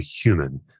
human